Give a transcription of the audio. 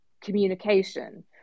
communication